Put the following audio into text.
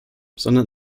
sondern